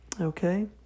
Okay